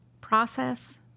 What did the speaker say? Process